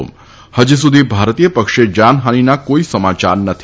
જાકે ફજી સુધી ભારતીય પક્ષે જાનફાનીના કોઈ સમાચાર નથી